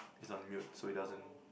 it's on mute so it doesn't